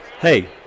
Hey